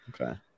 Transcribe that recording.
okay